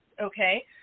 okay